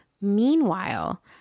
Meanwhile